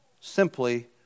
simply